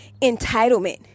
entitlement